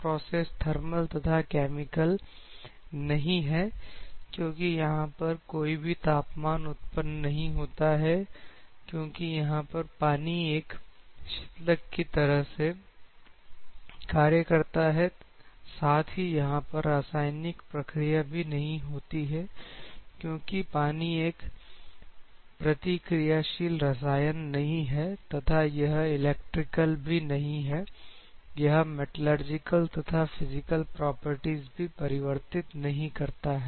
यह process thermal तथा chemical नहीं है क्योंकि यहां पर कोई भी तापमान उत्पन्न नहीं होता है क्योंकि यहां पर पानी एक शीतलक की तरह से कार्य करता है साथ ही यहां पर रासायनिक प्रक्रिया भी नहीं होती है क्योंकि पानी एक प्रतिक्रियाशील रसायन नहीं है तथा यह इलेक्ट्रिकल भी नहीं है यह मेटालर्जिकल तथा फिजिकल प्रॉपर्टीज भी परिवर्तित नहीं करता है